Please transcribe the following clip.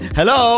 Hello